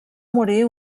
morir